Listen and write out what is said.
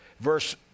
verse